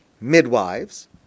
midwives